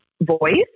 voice